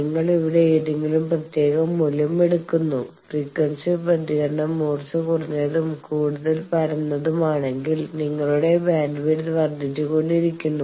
നിങ്ങൾ ഇവിടെ ഏതെങ്കിലും പ്രത്യേക മൂല്യം എടുക്കുന്നു ഫ്രീക്വൻസി പ്രതികരണം മൂർച്ച കുറഞ്ഞതും കൂടുതൽ പരന്നതുമാണെങ്കിൽ നിങ്ങളുടെ ബാൻഡ്വിഡ്ത്ത് വർദ്ധിച്ചുകൊണ്ടിരിക്കുന്നു